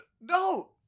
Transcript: No